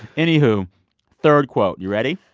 anywho, third quote. you ready?